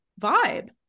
vibe